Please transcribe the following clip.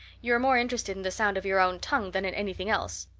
you're more interested in the sound of your own tongue than in anything else.